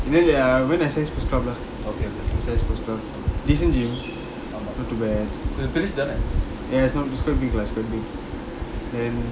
the ah went excess lah excess decent gym not too bad ya it's not it's quite big lah it's quite bigthen